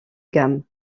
gamme